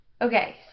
Okay